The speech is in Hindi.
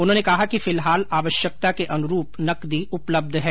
उन्होंने कहा कि फिलहाल आवश्यकता के अनुरूप नकदी उपलब्ध है